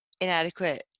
inadequate